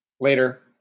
Later